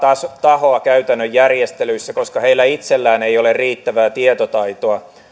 tahoa käytännön järjestelyissä koska heillä itsellään ei ole riittävää tietotaitoa